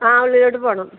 ആ ഉള്ളിലോട്ട് പോണം